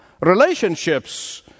Relationships